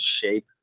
shape